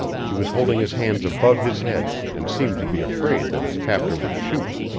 he was holding his hands above his head and seemed to be afraid that his captor would shoot.